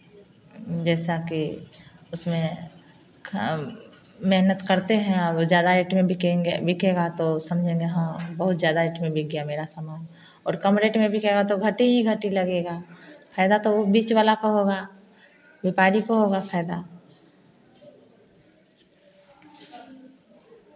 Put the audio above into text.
जैसा कि उसमें हम मेहनत करते हैं और ज़्यादा रेट में बिकेगा बिकेगा तो समझेंगे ह बहुत ज़्यादा रेट में बिक गया मेरा सामान और कम रेट में बिकेगा तो घटी ही घटी लगेगा फ़ायदा तो बीच वाला का होगा व्यापारी को होगा फ़ायदा